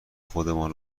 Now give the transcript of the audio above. خودمان